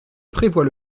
prévoit